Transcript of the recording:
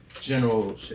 general